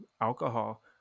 alcohol